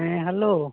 ᱦᱮᱸ ᱦᱮᱞᱳ